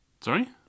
Sorry